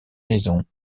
maisons